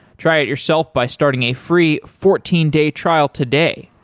try it yourself by starting a free fourteen day trial today.